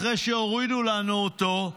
אחרי שהורידו לנו אותו,